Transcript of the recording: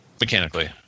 Mechanically